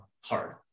hard